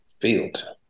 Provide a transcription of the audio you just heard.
field